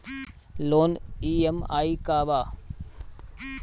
Loan EMI का बा?